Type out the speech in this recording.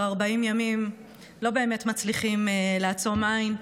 40 ימים לא באמת מצליחים לעצום עין,